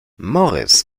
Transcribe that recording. morris